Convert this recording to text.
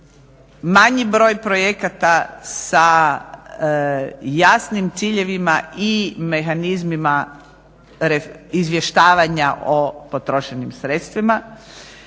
manji broj projekata sa jasnim ciljevima i mehanizmima izvještavanja o potrošenim sredstvima